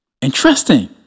Interesting